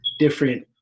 different